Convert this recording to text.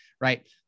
right